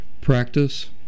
practice